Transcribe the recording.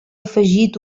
afegit